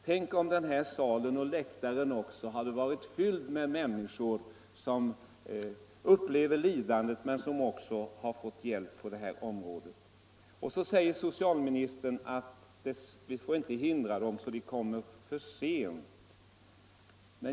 Tänk om den här salen, och läktaren, hade varit fyllda med människor som upplever lidandet men som också fått hjälp på detta sätt! Socialministern säger att vi inte får hindra dem att söka vanlig erkänd läkarvård, så att de kanske kommer för sent.